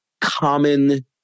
common